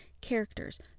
characters